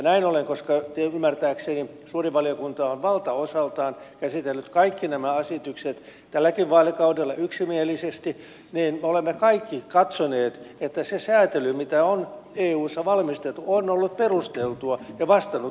näin ollen koska ymmärtääkseni suuri valiokunta on valtaosaltaan käsitellyt kaikki nämä esitykset tälläkin vaalikaudella yksimielisesti olemme kaikki katsoneet että se säätely mitä on eussa valmisteltu on ollut perusteltua ja vastannut myöskin suomalaisten etua